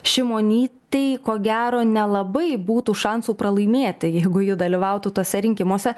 šimonytei ko gero nelabai būtų šansų pralaimėti jeigu ji dalyvautų tuose rinkimuose